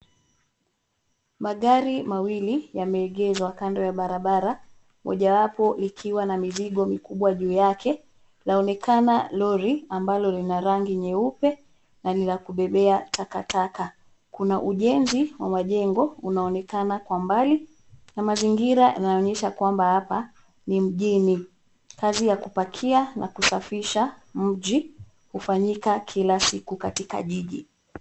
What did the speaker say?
Magari mawili yameengeshwa kando ya barabara, mojawapo ikiwa na mizigo mikubwa juu yake, laonekana lori ambalo lina rangi nyeupe na ni la kubebea takataka. Kuna ujenzi wa jengo ambao unaonekana kwa ulmbali, na mazingira yanaonyesha kwamba hapa ni mjini. Kazi ya kufagia na kusafisha mji hufanyika kila siku katika kusafisha jiji.